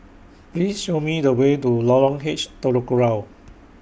Please Show Me The Way to Lorong H Telok Kurau